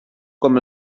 com